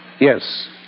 Yes